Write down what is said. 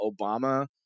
Obama